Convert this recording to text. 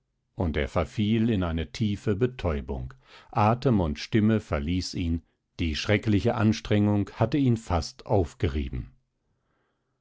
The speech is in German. und er verfiel in eine tiefe betäubung atem und stimme verließ ihn die schreckliche anstrengung hatte ihn fast aufgerieben